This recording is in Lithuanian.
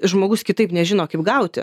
žmogus kitaip nežino kaip gauti